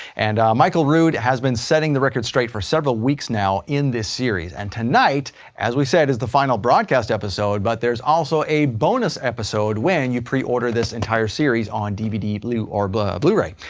and michael rood has been setting the record straight for several weeks now in this series. and tonight, as we said, is the final broadcast episode, but there's also a bonus episode when you pre-order this entire series on dvd or but blu-ray.